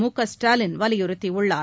மு க ஸ்டாலின் வலியுறுத்தியுள்ளார்